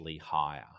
higher